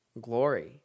glory